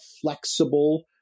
flexible